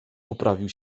poprawił